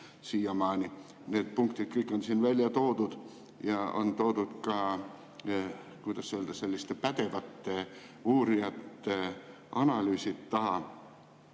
siiamaani. Need punktid kõik on siin välja toodud ja on toodud ka, kuidas öelda, selliste pädevate uurijate analüüsid taha.